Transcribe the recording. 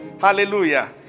Hallelujah